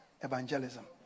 evangelism